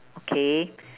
okay